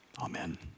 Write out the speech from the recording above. Amen